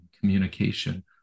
communication